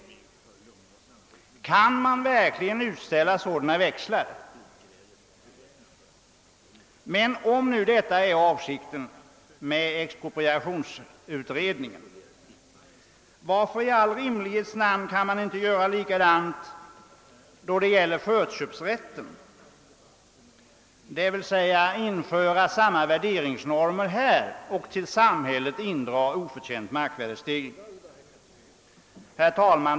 Kan man verkligen utställa sådana växlar? Men om nu detta är avsikten med expropriationsutredningen, varför i all rimlighets namn kan man inte göra likadant då det gäller förköpsrätten, d. v. s. införa samma värderingsnormer här och till samhället indra oförtjänt markvärdestegring? Herr talman!